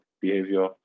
behavior